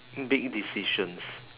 big decisions